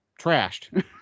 trashed